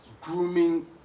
grooming